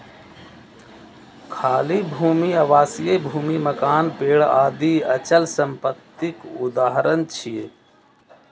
खाली भूमि, आवासीय भूमि, मकान, पेड़ आदि अचल संपत्तिक उदाहरण छियै